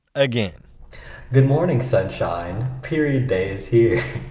again good morning sunshine. period day is here.